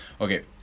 Okay